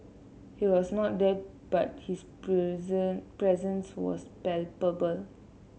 he was not there but his presence was palpable